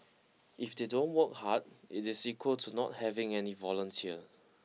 if they don't work hard it is equal to not having any volunteer